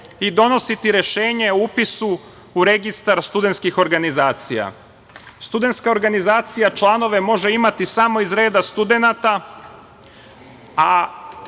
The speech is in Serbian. i donositi rešenje o upisu u registar studentskih organizacija. Studentska organizacija članove može imati samo iz reda studenata,